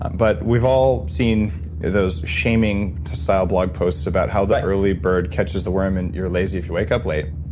but we've all seen those shaming style blog posts about how the early bird catches the worm and you're lazy if you wake up late.